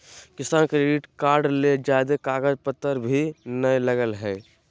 किसान credit card ले ज्यादे कागज पतर भी नय लगय हय